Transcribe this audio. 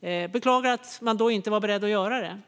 Jag beklagar att man då inte var beredd att göra det.